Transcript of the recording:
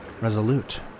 Resolute